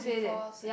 before